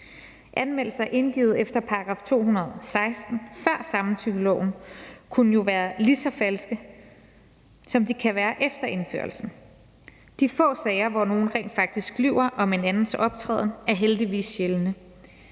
Anmeldelser indgivet efter § 216 før samtykkeloven kunne jo være lige så falske, som de kan være det efter indførelsen. De få sager, hvor nogen rent faktisk lyver om en andens optræden, er heldigvis sjældne,